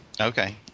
Okay